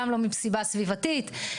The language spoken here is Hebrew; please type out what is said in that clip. גם לא מסיבה סביבתית,